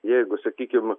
jeigu sakykim